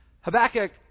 Habakkuk